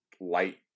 light